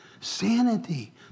sanity